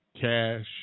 cash